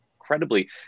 incredibly